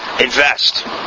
Invest